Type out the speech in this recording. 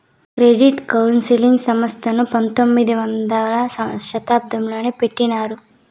credit counselling సంస్థను పంతొమ్మిదవ శతాబ్దంలోనే పెట్టినారు